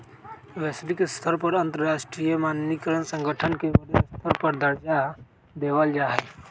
वैश्विक स्तर पर अंतरराष्ट्रीय मानकीकरण संगठन के बडे स्तर पर दर्जा देवल जा हई